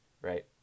right